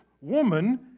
woman